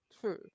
true